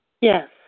Yes